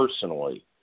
personally